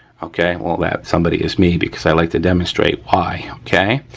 okay, well that somebody is me because i like to demonstrate why, okay.